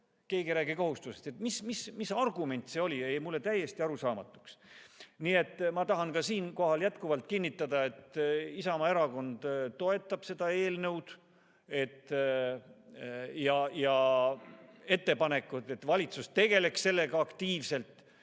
Keegi ei räägi kohustustest. Mis argument see oli, jäi mulle täiesti arusaamatuks. Ma tahan siinkohal jätkuvalt kinnitada, et Isamaa Erakond toetab seda eelnõu ja ettepanekut, et valitsus tegeleks sellega aktiivselt.